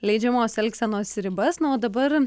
leidžiamos elgsenos ribas na o dabar